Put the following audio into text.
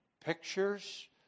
pictures